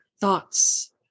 thoughts